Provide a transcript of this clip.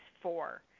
four